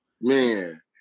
man